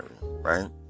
right